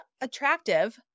attractive